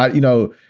ah you know,